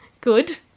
good